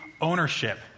ownership